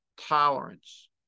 tolerance